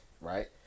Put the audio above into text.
Right